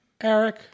eric